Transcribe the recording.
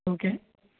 okay